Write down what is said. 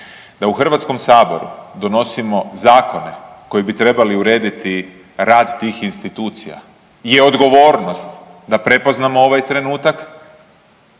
da u HS donosimo zakone koji bi trebali urediti rad tih institucija je odgovornost da prepoznamo ovaj trenutak